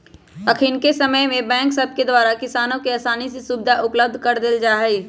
अखनिके समय में बैंक सभके द्वारा किसानों के असानी से सुभीधा उपलब्ध करा देल जाइ छइ